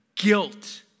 Guilt